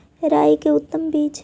राई के उतम बिज?